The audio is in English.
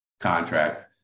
contract